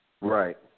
Right